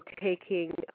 taking